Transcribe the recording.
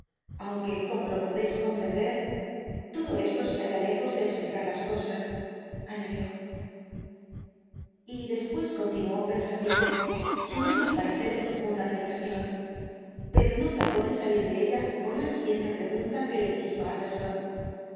aunque como lo podéis comprender todo esto se halla lejos de explicar las cosas anadió y después continuó pensativo sumido al parecer en profunda meditación pero no tardó en salir de ella el dr jekyll por la siguiente pregunta que le dirigió utterson t